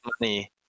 money